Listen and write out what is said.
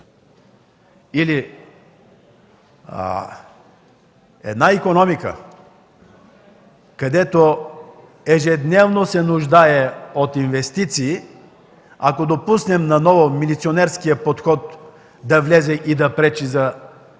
Една икономика, която ежедневно се нуждае от инвестиции – ако допуснем наново милиционерският подход да влезе и да пречи за развитието